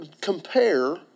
Compare